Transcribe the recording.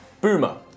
Boomer